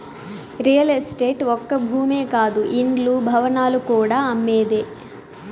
real estate ఒక్క భూమే కాదు ఇండ్లు, భవనాలు కూడా అమ్మేదే